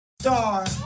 Star